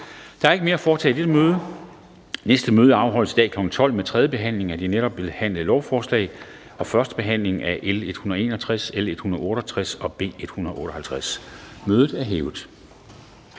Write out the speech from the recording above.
Der er ikke mere at foretage i dette møde. Næste møde afholdes i dag kl. 12.00 med tredje behandling af de netop behandlede lovforslag og første behandling af L 161, L 168 og B 158. Jeg henviser